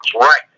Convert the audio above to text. Right